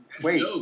Wait